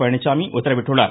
பழனிச்சாமி உத்தரவிட்டுள்ளார்